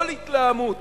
כל התלהמות